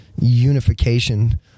unification